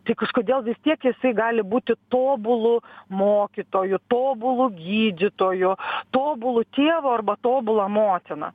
tai kažkodėl vis tiek jisai gali būti tobulu mokytoju tobulu gydytoju tobulu tėvu arba tobula motina